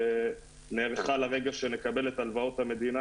ונערכה לרגע שנקבל את הלוואות המדינה,